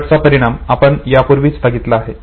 शेवटचा परिणाम आपण यापूर्वीच बघितला आहे